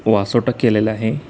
वासोटा केलेलं आहे